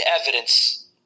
evidence